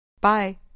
Bye